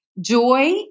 joy